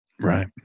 Right